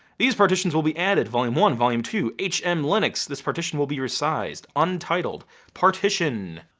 these partitions will be added, volume one, volume two, hm-linux. this partition will be resized. untitled partition.